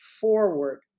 forward